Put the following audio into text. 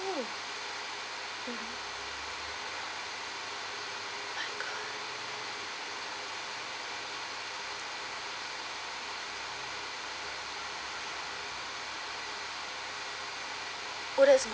my god oh that's